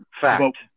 Fact